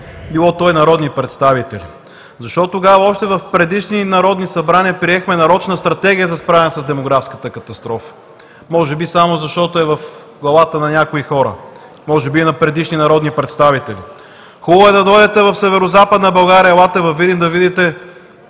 било то и народни представители. Защо тогава още в предишни народни събрания приехме нарочна стратегия за справяне с демографската катастрофа? Може би само защото е в главата на някои хора, може би на предишни народни представители. Хубаво е да дойдете в Северозападна България, елате във Видин да видите